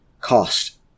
cost